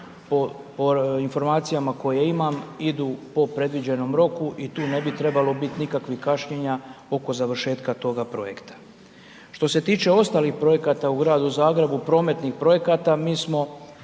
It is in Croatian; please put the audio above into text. po informacijama, koje imam, idu po predviđenom roku, i tu ne bi trebalo biti nikakvog kašnjenja oko završetka toga projekta. Što se tiče ostalih projekata u Gradu Zagrebu, prometnih projekata mi smo